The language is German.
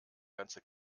ganze